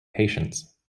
patients